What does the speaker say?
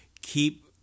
keep